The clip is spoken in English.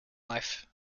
life